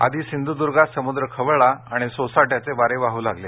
आधी सिंधूदुर्गात समुद्र खवळला आणि सोसाट्याचे वारे वाहू लागले